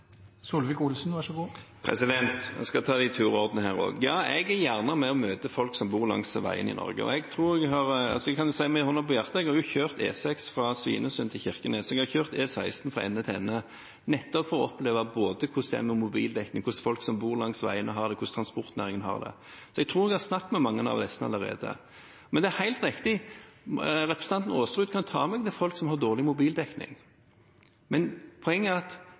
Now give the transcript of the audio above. Jeg skal ta det i tur og orden her også. Ja, jeg er gjerne med og møter folk som bor langs veiene i Norge. Jeg kan si med hånda på hjertet at jeg har kjørt E6 fra Svinesund til Kirkenes, og jeg har kjørt E16 fra ende til ende nettopp for å oppleve hvordan mobildekningen er, hvordan folk som bor langs veiene, har det, og hvordan transportnæringen har det. Jeg tror jeg har snakket med mange av disse allerede. Men det er helt riktig: Representanten Aasrud kan ta meg med til folk som har dårlig mobildekning, men poenget er at